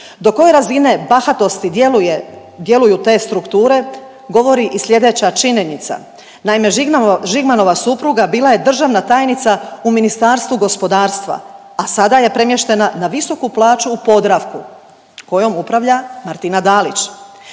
Do koje razine bahatosti djeluju te strukture govori i sljedeća činjenica. Naime, Žigmanova supruga bila je državna tajnica u Ministarstvu gospodarstva, a sada je premještena na visoku plaću u Podravku, kojom upravlja Martina Dalić.